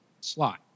slot